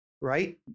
right